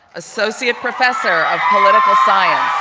associate professor of political science.